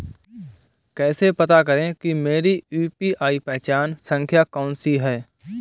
कैसे पता करें कि मेरी यू.पी.आई पहचान संख्या कौनसी है?